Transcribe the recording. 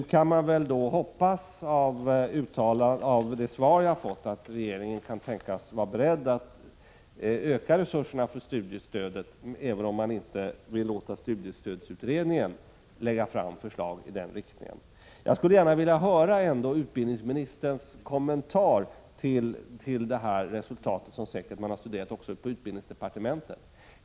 Efter det svar som jag fått kan man väl hoppas att regeringen kan tänkas vara beredd att öka resurserna för studiestödet, även om regeringen inte vill låta studiestödsutredningen lägga fram förslag i den riktningen. Jag skulle ändå gärna vilja höra utbildningsministerns kommentar till resultatet av den här utredningen, som säkert studerats också inom utbildningsdepartementet.